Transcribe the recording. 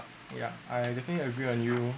yeah I definitely agree on you